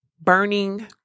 burning